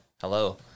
hello